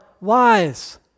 wise